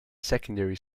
secondary